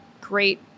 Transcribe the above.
great